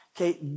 Okay